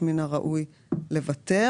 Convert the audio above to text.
לבין 3% ממחזור המועצה,